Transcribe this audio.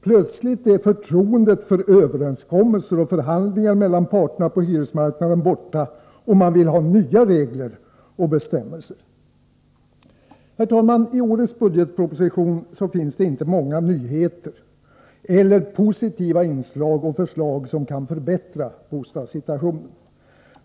Plötsligt är förtroendet för överenskommelser och förhandlingar mellan parterna på hyresmarknaden borta, och man vill ha nya regler och bestämmelser. Herr talman! I årets budgetproposition finns det inte många nyheter eller positiva inslag och förslag som kan förbättra bostadssituationen.